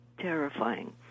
terrifying